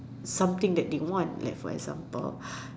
something that they want like for example